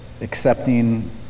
accepting